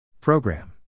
Program